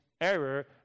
error